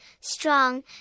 strong